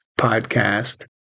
podcast